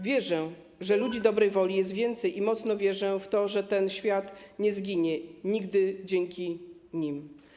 Wierzę, że ludzi dobrej woli jest więcej, i mocno wierzę w to, że ten świat nie zginie nigdy dzięki nim.